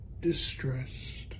distressed